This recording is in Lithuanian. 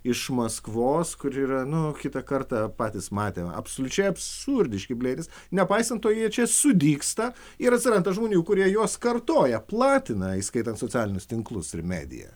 iš maskvos kur yra nu kitą kartą patys matėm absoliučiai absurdiški blėnys nepaisant to jie čia sudygsta ir atsiranda žmonių kurie juos kartoja platina įskaitant socialinius tinklus ir mediją